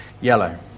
yellow